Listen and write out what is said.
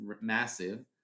massive